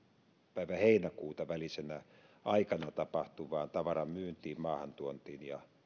päivän heinäkuuta välisenä aikana tapahtuvaan tavaran myyntiin maahantuontiin ja